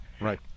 Right